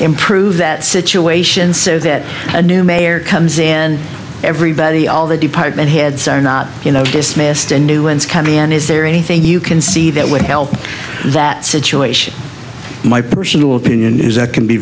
improve that situation so that a new mayor comes then everybody all the department heads are not dismissed and new ones come in is there anything you can see that would help that situation my personal opinion is that can be